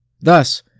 Thus